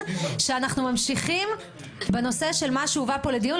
שאנחנו ממשיכים בנושא של מה שהובא לפה לדיון,